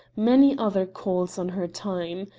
many other calls on her time.